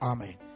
Amen